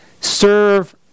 serve